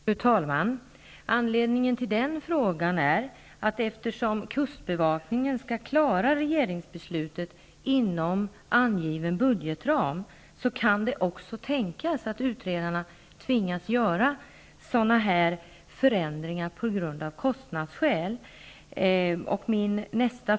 Fru talman! Anledningen till frågan är att det, eftersom kustbevakningen skall verkställa regeringsbeslutet inom angiven budgetram, också kan tänkas att utredarna tvingas göra förändringar på grund av kostnaderna.